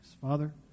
Father